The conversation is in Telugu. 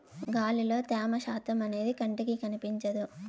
గాలిలో త్యమ శాతం అనేది కంటికి కనిపించదు